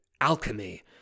alchemy